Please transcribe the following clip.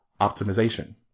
optimization